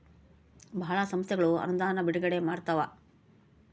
ಭಾಳ ಸಂಸ್ಥೆಗಳು ಅನುದಾನ ಬಿಡುಗಡೆ ಮಾಡ್ತವ